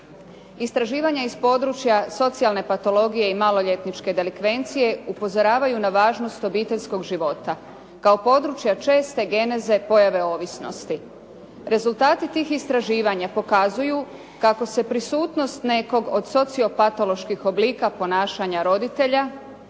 Istraživanja iz područja socijalne patologije i maloljetničke delikvencije upozoravaju na važnost obiteljskog života kao područja česte geneze pojave ovisnosti. Rezultati tih istraživanja pokazuju kako se prisutnost nekog od sociopatoloških oblika ponašanja roditelja